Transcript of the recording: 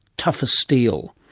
tough as steel.